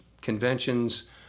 conventions